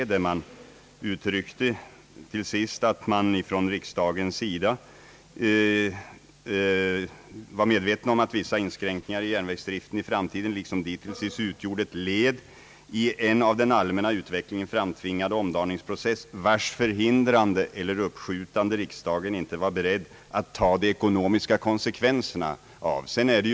Riksdagen gav då uttryck åt den ståndpunkten, att man var medveten om att vissa inskränkningar i järnvägsdriften i framtiden liksom dittills utgjorde ett led i en av den allmänna utvecklingen framtvingad omdaningspro cess, vars förhindrande eller uppskjutande riksdagen inte var beredd att ta de ekonomiska konsekvenserna av.